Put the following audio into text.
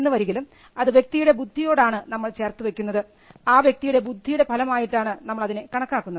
എന്നുവരികിലും അത് വ്യക്തിയുടെ ബുദ്ധിയോടാണ് നമ്മൾ ചേർത്തു വയ്ക്കുന്നത് ആ വ്യക്തിയുടെ ബുദ്ധിയുടെ ഫലമായിട്ടാണ് നമ്മൾ അതിനെ കണക്കാക്കുന്നത്